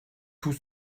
tous